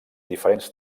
diferents